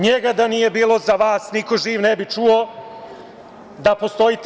Njega da nije bilo za vas niko živ ne bi čuo da postojite.